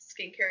skincare